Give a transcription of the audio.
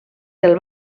del